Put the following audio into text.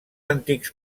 antics